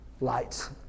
lights